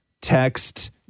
text